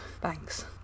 thanks